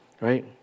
right